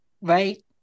Right